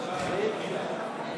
למה?